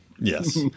Yes